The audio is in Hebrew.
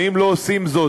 ואם לא עושים זאת,